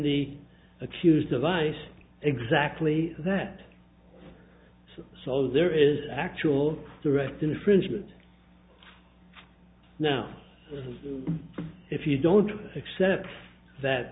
the accused device exactly that so there is actual direct infringement now as if you don't accept that